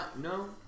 No